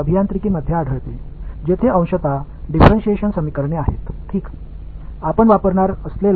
பகுதி differential equations உள்ள இடங்களில் இது பொறியியல் முழுவதும் நிகழ்கிறது